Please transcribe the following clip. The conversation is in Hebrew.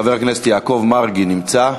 חבר הכנסת יעקב מרגי נמצא?